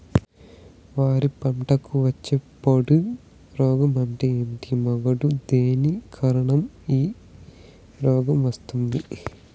వరి పంటకు వచ్చే పొడ రోగం అంటే ఏమి? మాగుడు దేని కారణంగా ఈ రోగం వస్తుంది?